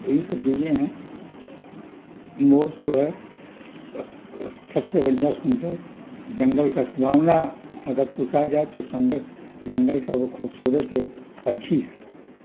یہی سب چیزیں ہیں مور جو ہے سب سے بڑھیا سنتے ہیں جنگل کا سمبھاونا اگر پوچھا جائے تو جنگل جنگل کا وہ خوبصورت ایک پنچھی ہے